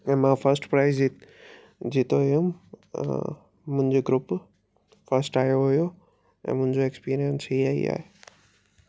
ऐं मां first prize जी जीतियो हुयो हा मुंहिंजे ग्रुप फस्ट आयो हुयो ऐं मुंहिंजो एक्सपीरियंस हीअं ई आहे